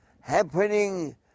happening